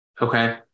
Okay